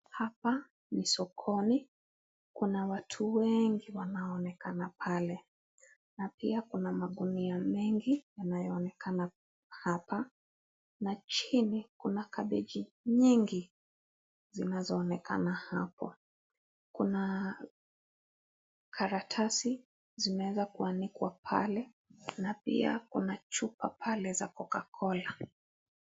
Hapa ni sokoni, kuna watu wengi wanaonekana pale na pia kuna magunia mengi yanayoonekana hapa na chini kuna kabeji nyingi zinazoonekana hapo. Kuna karatasi zimeweza kuanikwa pale na pia kuna chupa pale za Coca Cola.